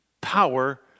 power